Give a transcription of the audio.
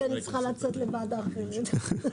אני צריכה לצאת לוועדה אחרת.